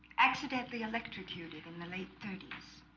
accidentally electrocuted in the late thirty s